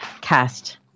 cast